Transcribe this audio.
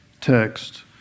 text